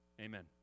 Amen